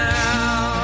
now